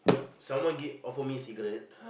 someone give offer me cigarette